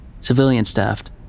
civilian-staffed